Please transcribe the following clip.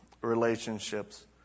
relationships